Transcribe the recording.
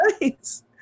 nice